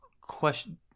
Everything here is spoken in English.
question